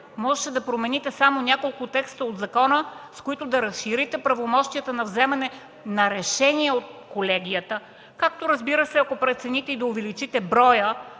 можехте да промените само няколко текста от закона, с които да разширите правомощията на вземане на решения от колегията, както, разбира се, ако прецените, и да увеличите броя